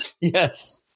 Yes